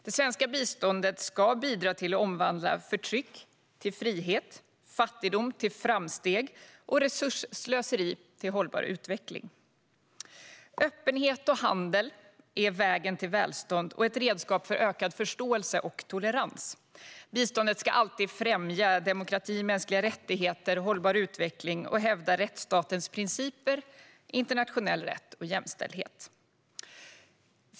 Det svenska biståndet ska bidra till att omvandla förtryck till frihet, fattigdom till framsteg och resursslöseri till hållbar utveckling. Öppenhet och handel är vägen till välstånd och ett redskap för ökad förståelse och tolerans. Biståndet ska alltid främja demokrati, mänskliga rättigheter och hållbar utveckling samt hävda rättsstatens principer, internationell rätt och jämställdhet.